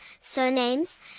surnames